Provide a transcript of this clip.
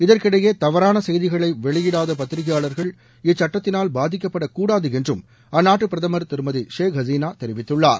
இதற்கினடயே தவறான செய்திகளை வெளியிடாத பத்திரிக்கையாளர்கள் இச்சட்டத்தினால் பாதிக்கப்படக் கூடாது என்றும் அந்நாட்டு பிரதமர் திருமதி ஷேக் ஹசினா தெரிவித்துள்ளார்